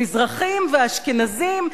מזרחים ואשכנזים,